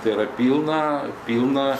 tai yra pilna pilna